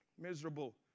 miserable